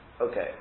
Okay